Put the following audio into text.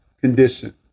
condition